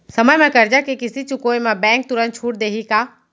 समय म करजा के किस्ती चुकोय म बैंक तुरंत छूट देहि का?